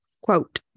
quote